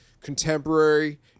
contemporary